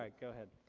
like go ahead.